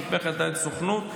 שנתמכת על ידי הסוכנות,